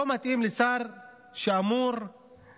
לא מתאים לשר שמופקד